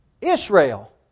Israel